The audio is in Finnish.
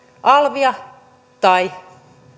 alvia tai